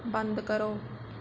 बंद करो